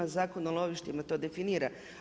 Zakon o lovištima to definira.